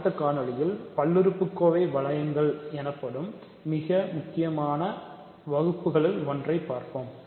அடுத்த காணொளியில் பல்லுறுப்புறுப்பு வளையங்கள் எனப்படும் மிக முக்கியமான வகுப்புகளில் ஒன்றைக் காண்போம்